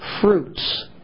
fruits